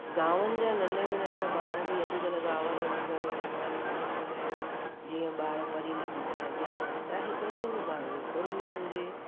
गांवनि जा नंढे में नंढा ॿार बि अॼुकल्ह गांवनि में बि घणेई सरकारु स्कूल खोलिया आहिनि जीअं ॿार पढ़ी लिखी करे अॻियां वधनि चाहे कंहिंजो बि ॿार हुजे कुरमी हुजे